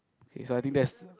okay so I think that's